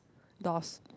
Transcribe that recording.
doors